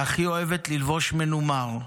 שהכי אוהבת ללבוש מנומר.